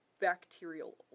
bacterial